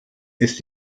ist